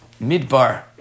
Midbar